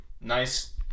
nice